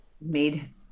made